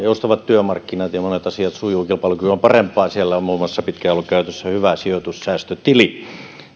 joustavat työmarkkinat ja monet asiat sujuvat kilpailukyky on parempaa siellä on muun muassa pitkään ollut käytössä hyvä sijoitussäästötili